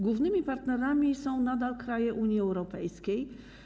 Głównymi partnerami są nadal kraje Unii Europejskiej.